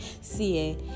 see